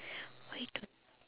why don't